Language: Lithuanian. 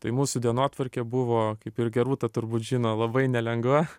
tai mūsų dienotvarkė buvo kaip ir gerūta turbūt žino labai nelengva